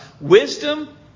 wisdom